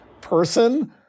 person